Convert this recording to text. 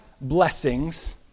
blessings